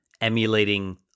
emulating